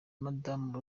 madamu